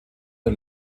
der